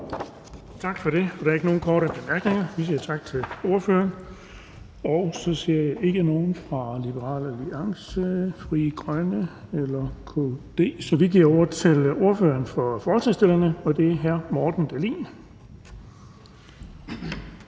Tak for det, og der er ikke nogen korte bemærkninger. Vi siger tak til ordføreren. Jeg ser ikke nogen fra Liberal Alliance, Frie Grønne eller KD, så vi giver ordet til ordføreren for forslagsstillerne, og det er hr. Morten Dahlin.